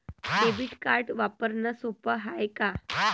Debit card वापरणं सोप हाय का?